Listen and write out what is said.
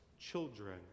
children